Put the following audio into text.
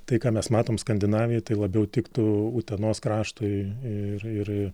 tai ką mes matom skandinavijoj tai labiau tiktų utenos kraštui ir ir